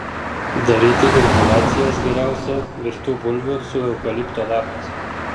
daryti inhaliacijas geriausia virtų bulvių su eukalipto lapais